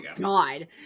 god